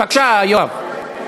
בבקשה, יואב.